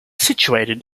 situated